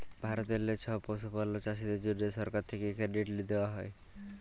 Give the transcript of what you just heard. ভারতেললে ছব পশুপালক চাষীদের জ্যনহে সরকার থ্যাকে কেরডিট দেওয়া হ্যয়